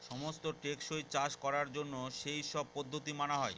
সমস্ত টেকসই চাষ করার জন্য সেই সব পদ্ধতি মানা হয়